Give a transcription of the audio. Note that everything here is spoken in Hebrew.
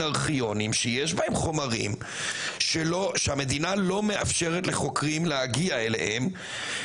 ארכיונים שיש בהם חומרים שהמדינה לא מאפשרת לחוקרים להגיע אליהם.